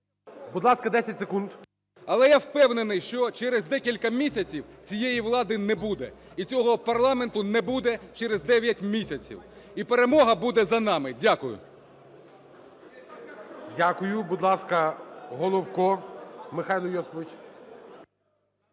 Будь ласка, 10 секунд. ВІЛКУЛ О.Ю. Але я впевнений, що через декілька місяців цієї влади не буде і цього парламенту не буде через 9 місяців, і перемога буде за нами. Дякую. ГОЛОВУЮЧИЙ. Дякую. Будь ласка, Головко Михайло Йосипович.